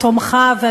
תומכיו,